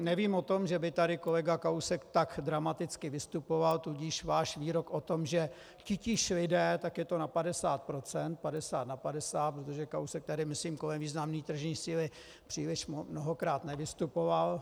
Nevím o tom, že by tady kolega Kalousek tak dramaticky vystupoval, tudíž váš výrok o tom, že titíž lidé, tak je to na 50 %, 50 na 50, protože Kalousek tady myslím kolem významné tržní síly příliš mnohokrát nevystupoval.